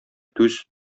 түз